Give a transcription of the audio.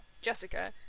Jessica